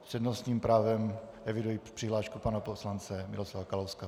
S přednostním právem eviduji přihlášku pana poslance Miroslava Kalouska.